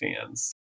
fans